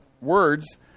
words